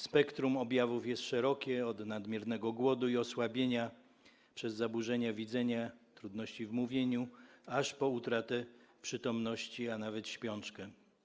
Spektrum objawów jest szerokie, od nadmiernego głodu i osłabienia, przez zaburzenia widzenia, trudności w mówieniu, aż po utratę przytomności, a nawet śpiączkę.